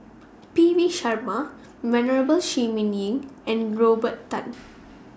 P V Sharma Venerable Shi Ming Yi and Robert Tan